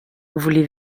voulez